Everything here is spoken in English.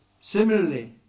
similarly